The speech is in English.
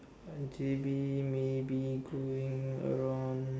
uh J_B maybe going around